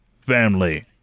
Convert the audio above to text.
family